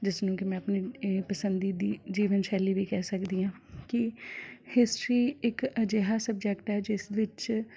ਜਿਸ ਨੂੰ ਕਿ ਮੈਂ ਆਪਣੇ ਇਹ ਪਸੰਦੀਦੀ ਜੀਵਨ ਸ਼ੈਲੀ ਵੀ ਕਹਿ ਸਕਦੀ ਹਾਂ ਕਿ ਹਿਸਟਰੀ ਇੱਕ ਅਜਿਹਾ ਸਬਜੈਕਟ ਹੈ ਜਿਸ ਵਿੱਚ